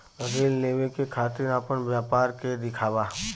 ऋण लेवे के खातिर अपना व्यापार के दिखावा?